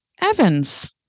Evans